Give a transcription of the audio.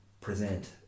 present